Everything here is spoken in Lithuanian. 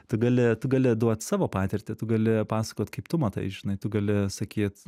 tu gali tu gali duot savo patirtį tu gali pasakot kaip tu matai žinai tu gali sakyt